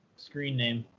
screen name.